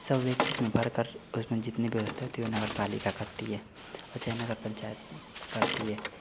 सब व्यक्ति उसमें भर कर उसमें जितनी भी व्यवस्था होती है वह नगर पालिका करती है वह चाहे नगर पंचायत करती है